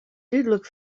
dúdlik